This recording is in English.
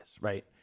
right